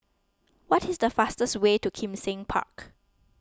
what is the fastest way to Kim Seng Park